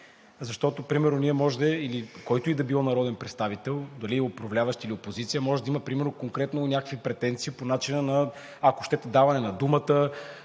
защото който и да било народен представител, дали управляващ или опозиция, може да има примерно конкретно някакви претенции по начина, ако щете, на даване на думата,